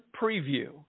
preview